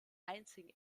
einzigen